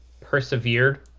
persevered